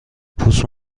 پوست